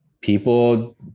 people